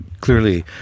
clearly